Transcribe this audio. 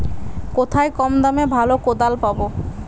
কোথায় কম দামে ভালো কোদাল পাব?